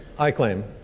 i claim,